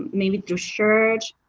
maybe through church,